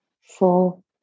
four